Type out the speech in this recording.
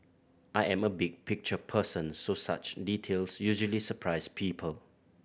I am a big picture person so such details usually surprise people